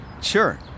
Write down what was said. Sure